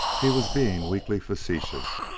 he was being weakly facetious,